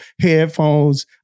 headphones